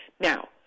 Now